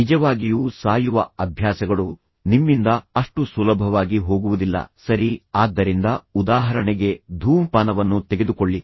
ನಿಜವಾಗಿಯೂ ಸಾಯುವ ಅಭ್ಯಾಸಗಳು ನಿಮ್ಮಿಂದ ಅಷ್ಟು ಸುಲಭವಾಗಿ ಹೋಗುವುದಿಲ್ಲ ಸರಿ ಆದ್ದರಿಂದ ಉದಾಹರಣೆಗೆ ಧೂಮಪಾನವನ್ನು ತೆಗೆದುಕೊಳ್ಳಿ